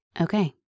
Okay